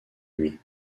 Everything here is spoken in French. lui